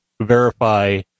verify